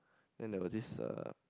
then there was this uh